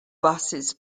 buses